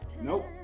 Nope